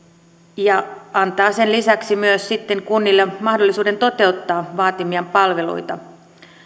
ja antaa sen lisäksi kunnille mahdollisuuden toteuttaa vaatimiaan palveluita